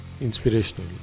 Inspirational